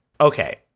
Okay